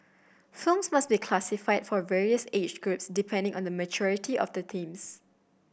films must be classified for various age groups depending on the maturity of the themes